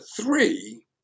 three